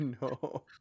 no